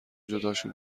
جداشون